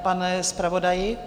Pane zpravodaji?